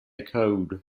code